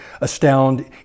astound